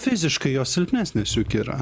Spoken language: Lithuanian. fiziškai jos silpnesnės juk yra